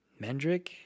mendrick